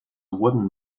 wooden